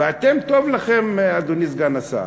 ואתם, טוב לכם, אדוני סגן השר.